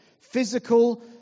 physical